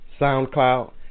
SoundCloud